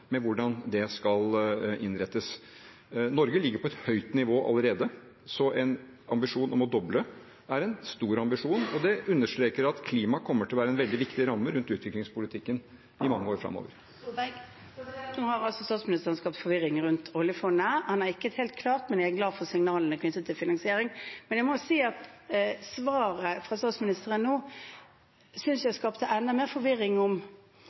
med hvordan det skal innrettes. Norge ligger på et høyt nivå allerede, så en ambisjon om å doble er en stor ambisjon, og det understreker at klima kommer til å være en veldig viktig ramme rundt utviklingspolitikken i mange år framover. Erna Solberg – til oppfølgingsspørsmål. Nå har altså statsministeren skapt forvirring rundt oljefondet. Han er ikke helt klar, men jeg er glad for signalene knyttet til finansiering. Men jeg må si at jeg synes svaret fra statsministeren nå skapte enda mer forvirring